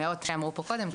כמו שאמרו פה קודם,